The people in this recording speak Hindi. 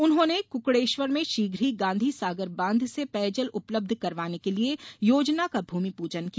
उन्होंने क्रकड़ेश्वर में शीाघ ही गांधी सागर बांध से पेयजल उपलब्ध करवाने के लिये योजना का भूमिपूजन किया